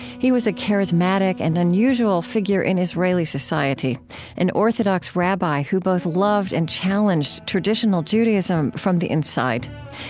he was a charismatic and unusual figure in israeli society an orthodox rabbi who both loved and challenged traditional judaism from the inside.